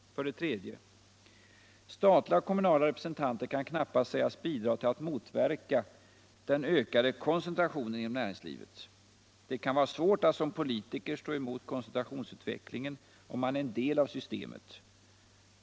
3. Statliga och kommunala representanter kan knappast sägas bidra till att motverka den ökade koncentrationen inom näringslivet. Det kan vara svårt att som politiker stå emot koncentrationsutvecklingen, om man är en del av systemet.